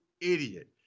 idiot